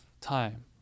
time